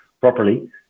properly